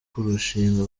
kurushinga